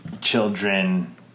children